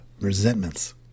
resentments